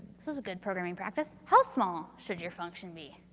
this was a good programming practice. how small should your function be?